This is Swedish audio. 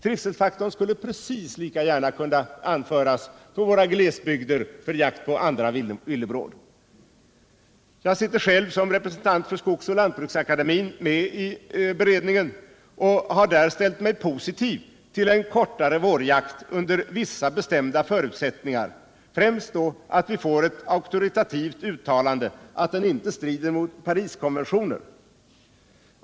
Trivselfaktorn skulle precis lika gärna kunna anföras i våra glesbygder för jakt på andra villebråd. Jag sitter själv som representant för Skogsoch lantbruksakademien med i beredningen och har där ställt mig positiv till en kortare vårjakt under vissa bestämda förutsättningar, främst att vi får ett auktoriserat uttalande, att en sådan vårjakt inte skulle strida mot Pariskonventionen.